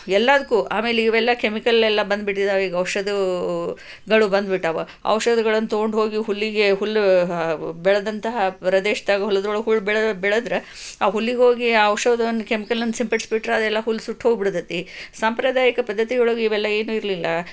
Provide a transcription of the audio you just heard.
ಎಲ್ಲದಕ್ಕೂ ಆಮೇಲಿವೆಲ್ಲ ಕೆಮಿಕಲೆಲ್ಲ ಬಂದ್ಬಿಟ್ಟಿದಾವೀಗ ಔಷಧಗಳು ಬಂದ್ಬಿಟ್ಟಾವ ಔಷಧಗಳನ್ನು ತೊಗೊಂಡ್ಹೋಗಿ ಹುಲ್ಲಿಗೆ ಹುಲ್ಲು ಬೆಳೆದಂತಹ ಪ್ರದೇಶದಾಗ ಹೊಲದೊಳಗೆ ಹುಲ್ಲು ಬೆಳ್ ಬೆಳೆದರೆ ಆ ಹುಲ್ಲಿಗ್ಹೋಗಿ ಆ ಔಷಧವನ್ನು ಕೆಮಿಕಲನ್ನು ಸಿಂಪಡಿಸಿಬಿಟ್ಟರೆ ಅವೆಲ್ಲ ಹುಲ್ಲು ಸುಟ್ಹೋಗಿ ಬಿಡ್ತೈತಿ ಸಂಪ್ರದಾಯಿಕ ಪದ್ದತಿಯೊಳಗೆ ಇವೆಲ್ಲ ಏನೂ ಇರಲಿಲ್ಲ